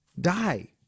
die